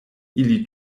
ili